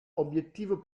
obiettivo